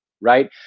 right